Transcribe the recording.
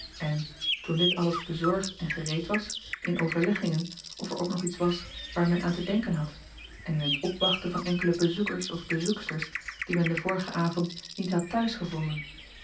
en toen dit alles bezorgd en gereed was in overleggingen of er ook nog iets was waar men aan te denken had en in het opwachten van enkele bezoekers of bezoeksters die men den vorigen avond niet had t huis gevonden